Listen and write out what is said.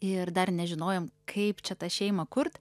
ir dar nežinojom kaip čia tą šeimą kurt